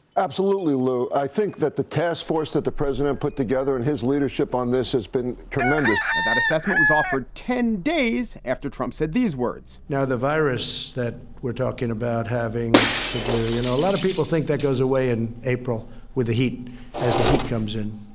absolutely, lou. i think that the task force that the president put together and his leadership on this has been tremendous that that assessment was offered ten days after trump said these words now, the virus that we're talking about having to do, you know, a lot of people think that goes away in april april with the heat as the heat comes in.